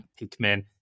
Pikmin